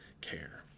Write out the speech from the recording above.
care